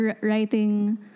writing